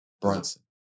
Brunson